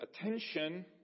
attention